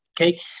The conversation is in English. okay